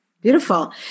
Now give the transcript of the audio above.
Beautiful